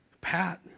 Pat